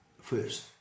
first